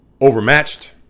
overmatched